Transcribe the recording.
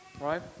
Right